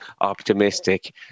optimistic